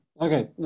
Okay